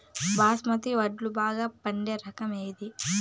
బాస్మతి వడ్లు బాగా పండే రకం ఏది